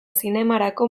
zinemarako